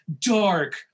dark